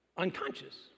Unconscious